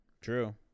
True